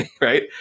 Right